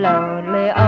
Lonely